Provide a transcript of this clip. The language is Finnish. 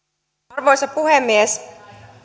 arvoisa puhemies